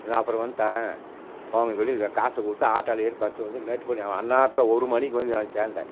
நான் அப்புறம் வந்து தரேன் போங்கனு சொல்லி காசை கொடுத்து ஆட்டோவில் ஏறி பஸில் வந்து மேட்டுபாளையம் அந்நேரத்தில் ஒரு மணிக்கு வந்து நான் சேர்ந்தேன்